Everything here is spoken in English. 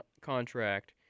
contract